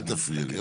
אל תפריע לי.